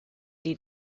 die